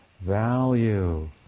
value